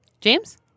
James